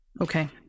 Okay